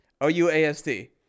O-U-A-S-T